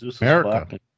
America